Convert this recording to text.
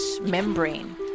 membrane